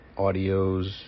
audios